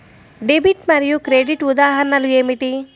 Debit మరియు credit ఉదాహరణలు ఏమిటీ?